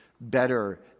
better